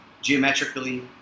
geometrically